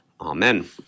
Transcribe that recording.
Amen